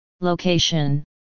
Location